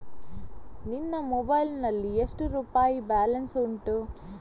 ನಿನ್ನ ಮೊಬೈಲ್ ನಲ್ಲಿ ಎಷ್ಟು ರುಪಾಯಿ ಬ್ಯಾಲೆನ್ಸ್ ಉಂಟು?